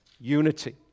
unity